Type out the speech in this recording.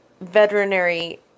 veterinary